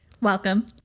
Welcome